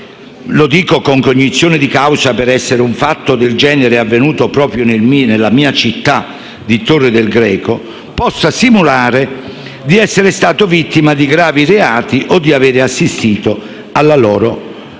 (lo dico con cognizione di causa, per essere un fatto del genere avvenuto proprio nella mia città di Torre del Greco), voglia o possa simulare di essere stato vittima di gravi reati o di avere assistito alla loro